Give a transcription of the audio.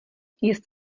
jest